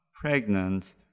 pregnant